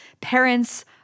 parents